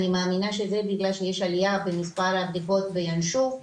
אני מאמינה שזה בגלל שיש עליה במספר הבדיקות בינשוף,